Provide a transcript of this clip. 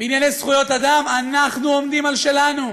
בענייני זכויות אדם, אנחנו עומדים על שלנו.